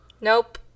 Nope